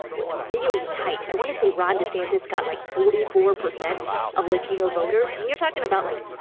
was really tight. i want to say ron desantis got, like, forty four percent. wow. of latino voters. i mean, you're talking about, like,